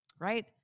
right